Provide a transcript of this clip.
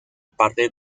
parte